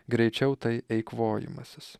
greičiau tai eikvojimasis